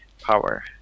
power